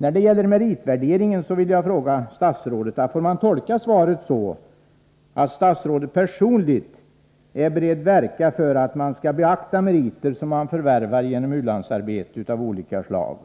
När det gäller meritvärderingen vill jag fråga statsrådet: Får man tolka svaret så att statsrådet personligen är beredd att verka för att man skall beakta meriter som förvärvas genom u-landsarbete av olika slag?